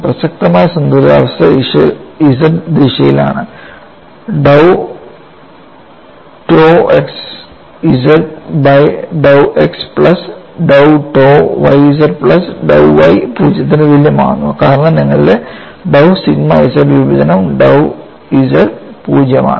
പ്രസക്തമായ സന്തുലിതാവസ്ഥ z ദിശയിലാണ് dou tou xz by dou x plus dou tou yz plus dou y 0 ന് തുല്യമാകുന്നു കാരണം നിങ്ങളുടെ dou sigma z വിഭജനം dou z 0 ആണ്